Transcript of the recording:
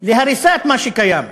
להריסת מה שקיים,